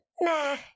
nah